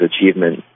achievement